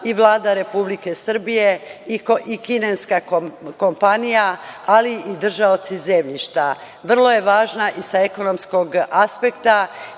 i Vlada Republike Srbije i kineska kompanija, ali i držaoci zemljišta. Vrlo je važna i sa ekonomskog aspekta,